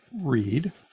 read